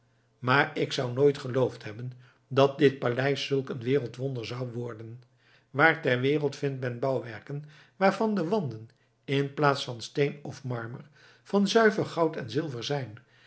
maar ik zou nooit geloofd hebben dat dit paleis zulk een wereldwonder zou worden waar ter wereld vindt men bouwwerken waarvan de wanden inplaats van steen of marmer van zuiver goud en zilver zijn